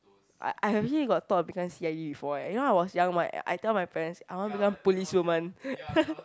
I I actually thought of become c_i_d before eh you know I was young my I tell my parents I want become police woman